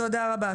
תודה רבה.